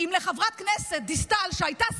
חברת הכנסת דיסטל, אנא.